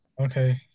Okay